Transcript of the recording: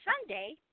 Sunday